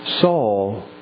Saul